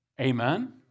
Amen